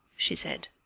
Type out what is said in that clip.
she said.